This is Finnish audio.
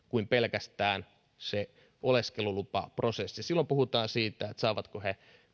kuin pelkästään se oleskelulupaprosessi silloin puhutaan siitä saavatko he